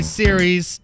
series